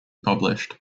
published